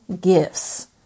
gifts